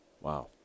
Wow